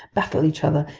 battle each other,